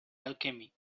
alchemy